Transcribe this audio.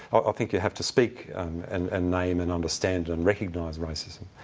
i think you have to speak and and name and understand and recognise racism.